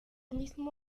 mismo